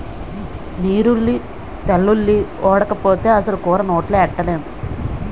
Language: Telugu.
నీరుల్లి తెల్లుల్లి ఓడకపోతే అసలు కూర నోట్లో ఎట్టనేం